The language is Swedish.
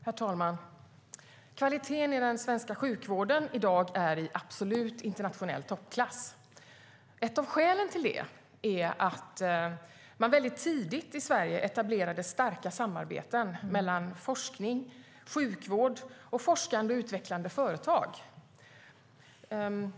Herr talman! Kvaliteten i den svenska sjukvården är i dag i absolut internationell toppklass. Ett av skälen till det är att man väldigt tidigt etablerade starka samarbeten mellan forskning, sjukvård och forskande och utvecklande företag.